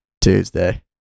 Tuesday